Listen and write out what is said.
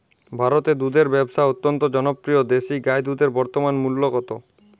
ভারতে দুধের ব্যাবসা অত্যন্ত জনপ্রিয় দেশি গাই দুধের বর্তমান মূল্য কত?